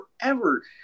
forever